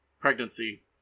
pregnancy